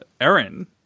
Aaron